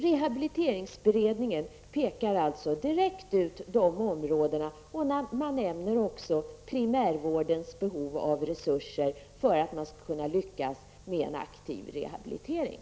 Rehabiliteringsberedningen pekar direkt ut dessa områden. Därutöver nämner man primärvårdens behov av resurser för att man skall kunna lyckas med en aktiv rehabilitering.